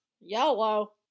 Yellow